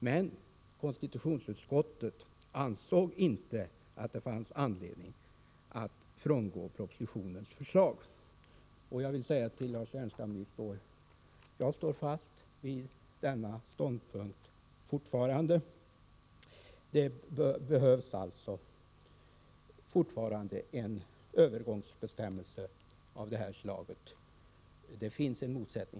Men konstitutionsutskottet ansåg inte att det fanns anledning att frångå propositionens förslag. Jag vill säga till Lars Ernestam att jag står fast vid denna ståndpunkt. Det behövs alltså fortfarande en övergångsbestämmelse av det här slaget; här finns annars en motsättning.